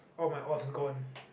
all my offs gone